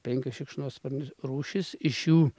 penkios šikšnosparnių rūšys iš jų